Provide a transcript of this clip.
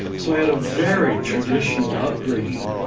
so i had a very traditional upbringing,